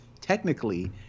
technically